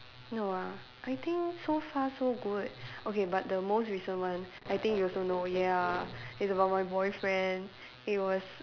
no ah I think so far so good okay but the most recent one I think you also know ya it's about my boyfriend it was